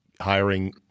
hiring